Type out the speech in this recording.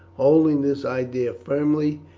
holding this idea firmly,